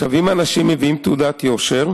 אם אנשים מביאים תעודת יושר